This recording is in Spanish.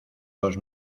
dos